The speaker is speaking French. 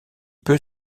peut